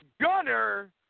Gunner